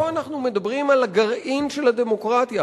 פה אנחנו מדברים על הגרעין של הדמוקרטיה,